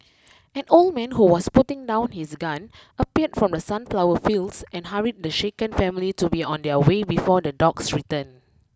an old man who was putting down his gun appeared from the sunflower fields and hurried the shaken family to be on their way before the dogs return